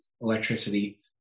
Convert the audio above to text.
electricity